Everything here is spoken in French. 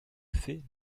fait